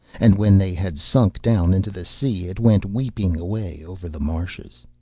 and when they had sunk down into the sea, it went weeping away over the marshes.